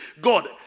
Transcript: God